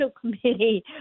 committee